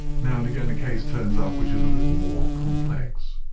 now and again a case turns up which is a little more complex.